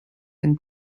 and